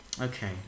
Okay